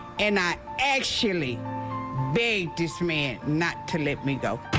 and i actually begged this man, not to let me go.